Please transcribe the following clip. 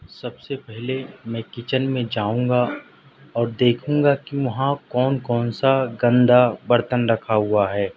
سب سے پہلے میں کچن میں جاؤں گا اور دیکھوں گا کہ وہاں کون کون سا گندا برتن رکھا ہوا ہے